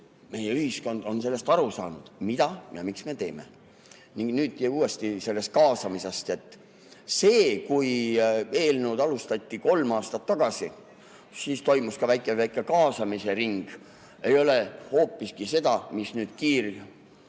meie ühiskond on sellest aru saanud, mida ja miks me teeme. Ning nüüd uuesti sellest kaasamisest. Kui eelnõu alustati kolm aastat tagasi, siis toimus ka väike kaasamise ring. See ei olnud hoopiski see, mis nüüd